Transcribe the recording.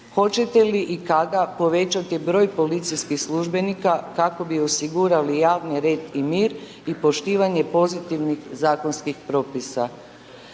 Hoćete li i kada povećati broj policijskih službenika kako bi osigurali javni red i mir i poštivanje pozitivnih zakonskih propisa?